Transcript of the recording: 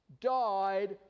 died